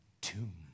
tomb